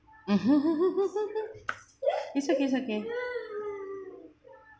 it's okay it's okay